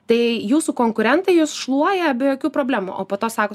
tai jūsų konkurentai jus šluoja be jokių problemų o po to sakot